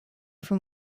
from